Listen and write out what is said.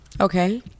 Okay